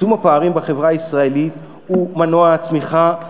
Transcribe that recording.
שצמצום הפערים בחברה הישראלית הוא מנוע הצמיחה היעיל,